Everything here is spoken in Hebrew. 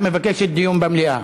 את מבקשת דיון במליאה.